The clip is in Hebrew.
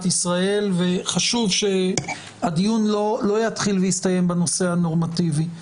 ישראל וחשוב שהדיון לא יתחיל ויסתיים בנושא הנורמטיבי.